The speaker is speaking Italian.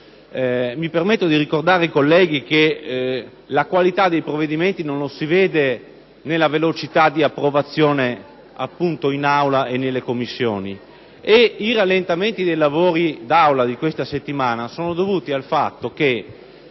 Mi permetto di ricordare ai colleghi che la qualità dei provvedimenti non si valuta in base alla velocità d'approvazione in Aula e nelle Commissioni. Il rallentamento dei lavori d'Aula di queste settimane è dovuto al fatto che